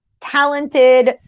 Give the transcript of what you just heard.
talented